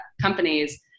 companies